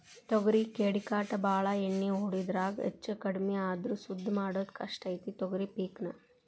ತೊಗರಿಗೆ ಕೇಡಿಕಾಟ ಬಾಳ ಎಣ್ಣಿ ಹೊಡಿದ್ರಾಗ ಹೆಚ್ಚಕಡ್ಮಿ ಆದ್ರ ಸುದ್ದ ಮಾಡುದ ಕಷ್ಟ ಐತಿ ತೊಗರಿ ಪಿಕ್ ನಾ